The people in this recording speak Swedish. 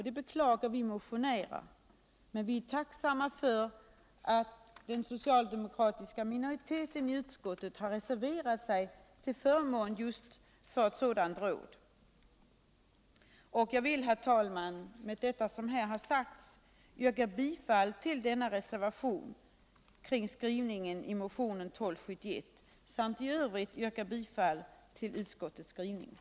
Det beklagar vi motionärer, men vi är tacksamma för att den socialdemokratiska minoriteten 1 utskottet har reserverat sig till förmån just för ott sådant råd.